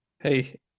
Hey